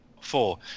four